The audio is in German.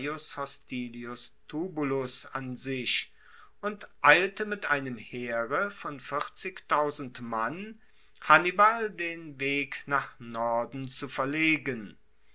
gaius hostilius tubulus an sich und eilte mit einem heere von mann hannibal den weg nach norden zu verlegen